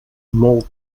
molt